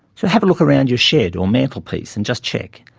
so have a look around your shed or mantelpiece and just check,